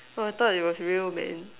oh I thought it was real man